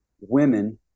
Women